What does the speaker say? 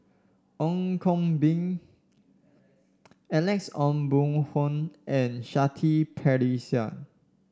Ong Koh Been Alex Ong Boon Hau and Shanti Pereira